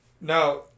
Now